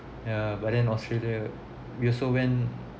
ya but then australia we also went